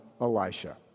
Elisha